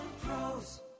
pros